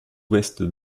ouest